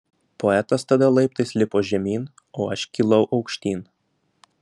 poetas tada laiptais lipo žemyn o aš kilau aukštyn